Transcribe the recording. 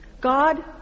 God